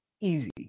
easy